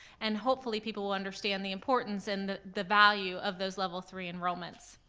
and hopefully people will understand the importance and the the value of those level three enrollments.